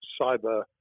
cyber